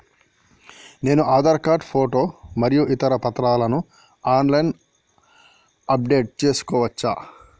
నేను Aadhaar card photo మరియు ఇతర పత్రాలను ఆన్ లైన్ అప్ డెట్ చేసుకోవచ్చా?